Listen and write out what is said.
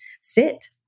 sit